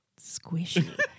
squishy